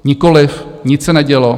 Nikoliv, nic se nedělo.